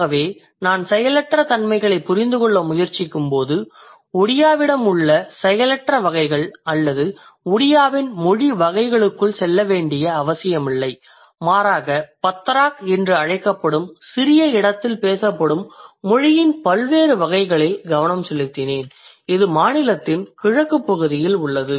ஆகவே நான் செயலற்ற தன்மைகளைப் புரிந்துகொள்ள முயற்சிக்கும்போது ஒடியாவிடம் உள்ள செயலற்ற வகைகள் அல்லது ஒடியாவின் மொழி வகைகளுக்குள் செல்ல வேண்டிய அவசியமில்லை மாறாக பத்ராக் என்று அழைக்கப்படும் சிறிய இடத்தில் பேசப்படும் மொழியின் பல்வேறு வகைகளில் கவனம் செலுத்தினேன் இது மாநிலத்தின் கிழக்கு பகுதியில் உள்ளது